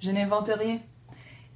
je n'invente rien